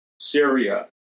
Syria